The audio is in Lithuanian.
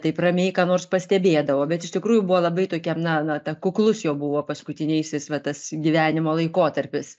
taip ramiai ką nors pastebėdavo bet iš tikrųjų buvo labai tokiam na na ta kuklus jo buvo paskutinysis va tas gyvenimo laikotarpis